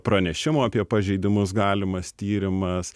pranešimų apie pažeidimus galimas tyrimas